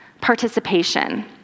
Participation